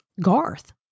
garth